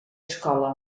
escola